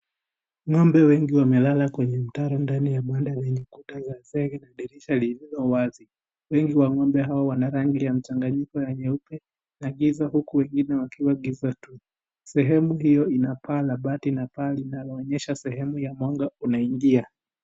Ngombe wengi wamelala kwenye mtaro ndani ya banda lenye kuta za zege na dirisha lililo wazi wengi wa ngombe hawa wana rangi ya mchanganyiko ya nyeupe na giza huku wengine wakiwa giza tu ,sehemu huyo ina paa ya bati na paa inaonyesha sehemu ya mwanga uanaingia.